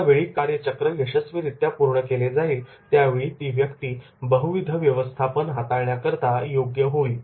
ज्यावेळी कार्यचक्र यशस्वीरीत्या पूर्ण केले जाईल त्यावेळी ती व्यक्ती बहुविध व्यवस्थापन हाताळण्याकरता योग्य होईल